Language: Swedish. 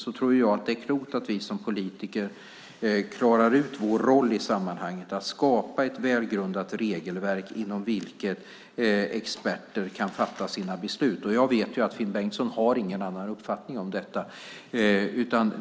Jag tror att det är klokt att vi politiker klarar ut vår roll i sammanhanget när det gäller att skapa ett välgrundat regelverk inom vilket experter kan fatta sina beslut. Jag vet att Finn Bengtsson inte har någon annan uppfattning om detta.